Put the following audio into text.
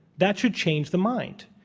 that should change the mind.